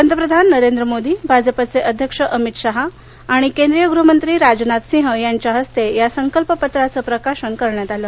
पंतप्रधान नरेंद्र मोदी भाजपचे अध्यक्ष अमित शहा आणि केंद्रीय गृहमंत्री राजनाथ सिंह यांच्या हस्ते या संकल्पपत्राचं प्रकाशन झालं